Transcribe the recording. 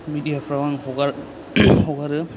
मेदियाफ्राव आं हगार हगारो